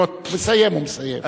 לסיים.